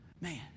Man